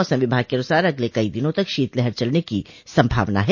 मौसम विभाग के अनुसार अगले कई दिनों तक शीतलहर चलने की सम्भावना है